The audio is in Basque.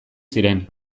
ziren